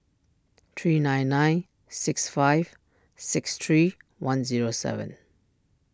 three nine nine six five six three one zero seven